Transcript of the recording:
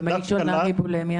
ב5מה היא שונה מבולימיה?